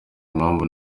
impamvu